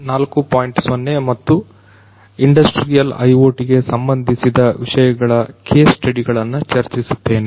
0 ಮತ್ತು industrial IoT ಗೆ ಸಂಬಂಧಿಸಿದ ವಿಷಯಗಳ ಕೇಸ್ ಸ್ಟಡಿ ಗಳನ್ನು ಚರ್ಚಿಸುತ್ತೇನೆ